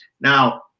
now